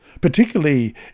Particularly